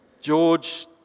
George